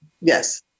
Yes